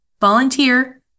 volunteer